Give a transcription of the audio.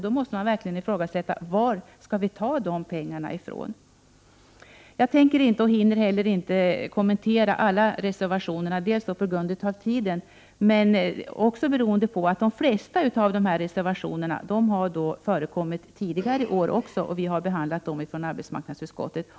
Då måste man verkligen fråga: Varifrån skall vi ta de pengarna? Jag tänker inte och hinner heller inte kommentera alla reservationerna. De flesta av dessa reservationer har förekommit tidigare år, och vi har behandlat dem i arbetsmarknadsutskottet.